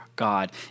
God